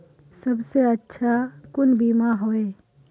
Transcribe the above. सबसे अच्छा कुन बिमा होय?